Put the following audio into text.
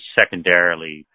secondarily